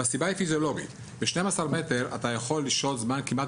הסיבה היא פיזיולוגית: ב-12 מטר אתה יכול לשהות זמן כמעט